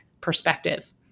perspective